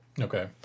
Okay